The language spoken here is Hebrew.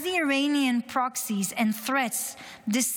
As the Iranian proxies and threats dissipate,